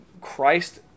Christ